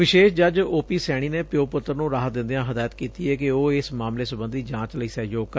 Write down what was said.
ਵਿਸ਼ੇਸ਼ ਜੱਜ O P Saini ਨੇ ਪਿਓ ਪੁੱਤਰ ਨੂੰ ਰਾਹਤ ਦਿੱਦਿਆਂ ਹਦਾਇਤ ਕੀਤੀ ਏ ਕਿ ਉਹ ਇਸ ਮਾਮਲੇ ਸਬੰਧੀ ਜਾਂਚ ਲਈ ਸਹਿਯੋਗ ਕਰਨ